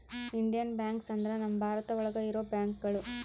Indian banks ಅಂದ್ರ ನಮ್ ಭಾರತ ಒಳಗ ಇರೋ ಬ್ಯಾಂಕ್ಗಳು